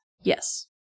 Yes